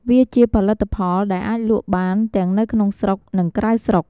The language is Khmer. វាជាផលិតផលដែលអាចលក់បាន ទាំងនៅក្នុងស្រុក និងក្រៅស្រុក។